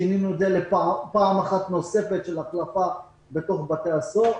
שינינו את זה לפעם אחת נוספת של החלפה בתוך בתי הסוהר,